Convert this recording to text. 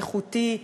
איכותי,